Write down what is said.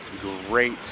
great